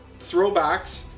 throwbacks